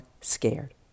scared